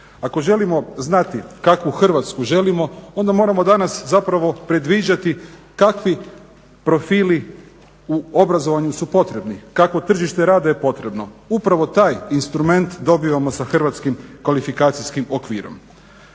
Ako želimo znati kakvu Hrvatsku želimo onda moramo danas zapravo predviđati kakvi profili u obrazovanju su potrebni, kakvo tržište rada je potrebno. Upravo taj instrument dobivamo sa hrvatskim kvalifikacijskim okvirom.